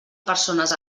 persones